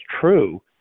true